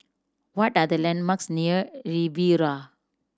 what are the landmarks near Riviera